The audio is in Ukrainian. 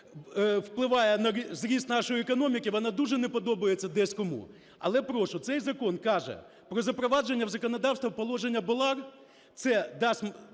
впливає на зріст нашої економіки, вона дуже не подобається десь кому. Але прошу, цей закон каже про запровадження в законодавство положення БАЛАР.